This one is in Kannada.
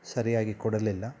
ಸರಿಯಾಗಿ ಕೊಡಲಿಲ್ಲ